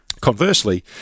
Conversely